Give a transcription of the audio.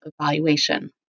evaluation